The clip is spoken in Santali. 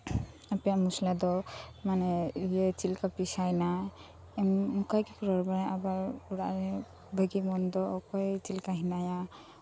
ᱟᱯᱮᱭᱟᱜ ᱢᱚᱥᱞᱟ ᱫᱚ ᱢᱟᱱᱮ ᱪᱮᱫ ᱞᱮᱠᱟ ᱯᱮᱥᱟᱭᱱᱟ ᱱᱚᱝᱠᱟ ᱜᱮᱠᱚ ᱨᱚᱲ ᱵᱟᱲᱟᱭᱟ ᱟᱵᱟᱨ ᱚᱲᱟᱜ ᱨᱮᱦᱚᱸ ᱵᱷᱟᱜᱮ ᱢᱚᱱᱫᱚ ᱚᱠᱚᱭ ᱪᱮᱫ ᱞᱮᱠᱟ ᱦᱮᱱᱟᱭᱟ